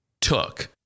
took